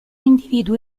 individuo